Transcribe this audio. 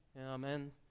amen